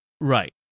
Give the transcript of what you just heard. Right